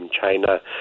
China